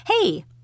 hey